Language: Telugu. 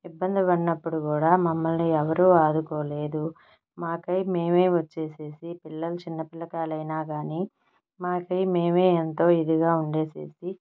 ఇబ్బంది పడినప్పుడుకూడా మమ్మల్ని ఎవరూ ఆదుకోలేదు మాకై మేమే వచ్చేసేసి పిల్లలు చిన్నపిల్లకాయలయినా కాని మాకై మేమే ఎంతో ఇదిగా ఉండేసేసి